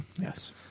Yes